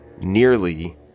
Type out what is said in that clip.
nearly